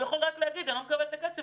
הוא יכול רק להגיד: אני לא מקבל את הכסף,